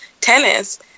Tennis